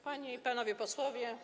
Panie i Panowie Posłowie!